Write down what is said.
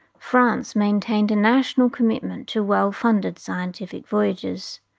france maintained a national commitment to well-funded scientific voyages,